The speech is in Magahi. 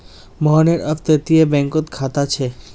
मोहनेर अपततीये बैंकोत खाता छे